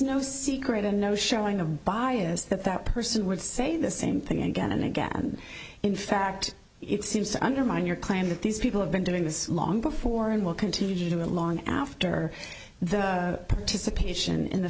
no secret and no showing of bias that that person would say the same thing again and again and in fact it seems to undermine your claim that these people have been doing this long before and will continue to along after the participation in the